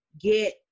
get